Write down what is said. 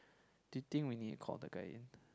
do you think we need to call the guy in